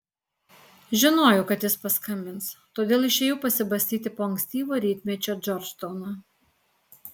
žinojau kad jis paskambins todėl išėjau pasibastyti po ankstyvo rytmečio džordžtauną